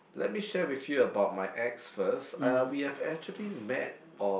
let me share with you about my ex first uh we have actually met on